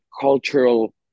cultural